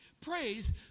Praise